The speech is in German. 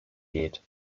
geht